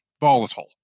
volatile